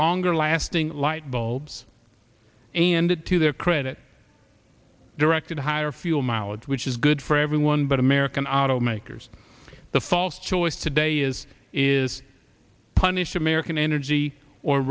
longer lasting light bulbs and it to their credit directed higher fuel mileage which is good for everyone but american automakers the false choice today is is punished american energy or